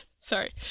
Sorry